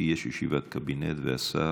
כי יש ישיבת קבינט והשר